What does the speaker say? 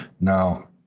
Now